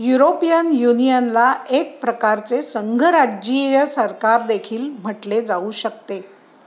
European युनियनला एक प्रकारचे संघराज्यीय सरकार देखील म्हटले जाऊ शकते